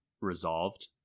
resolved